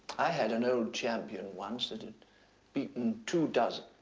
i had an old champion once that had beaten two dozen.